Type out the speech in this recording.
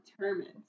determined